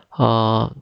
err